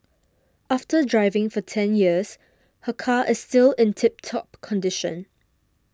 after driving for ten years her car is still in tip top condition